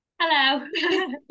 Hello